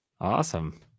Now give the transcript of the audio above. Awesome